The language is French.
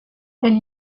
elle